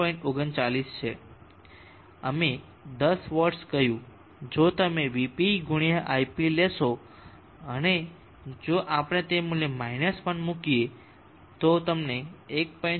39 છે અમે 10 વોટ્સ કહ્યું જો તમે vp ગુણ્યા ip લેશો અને જો આપણે તે મૂલ્ય 1 મૂકીએ તો તમને 1